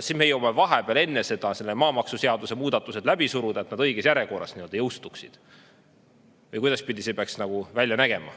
siis me jõuame vahepeal enne seda maamaksuseaduse muudatused läbi suruda, et nad õiges järjekorras jõustuksid? Või kuidas see peaks välja nägema?